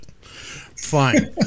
fine